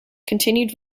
continued